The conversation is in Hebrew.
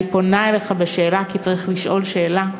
אני פונה אליך בשאלה, כי צריך לשאול שאלה: